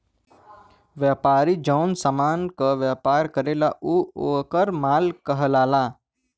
व्यापारी जौन समान क व्यापार करला उ वोकर माल कहलाला